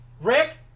rick